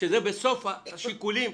שזה בסוף השיקולים?